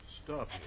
stop